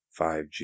5G